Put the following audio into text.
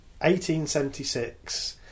1876